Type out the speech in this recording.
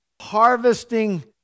harvesting